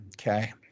okay